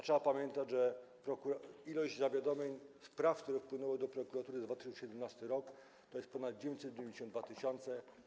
Trzeba pamiętać, że ilość zawiadomień, spraw, które wpłynęły do prokuratury w 2017 r., to ponad 992 tys.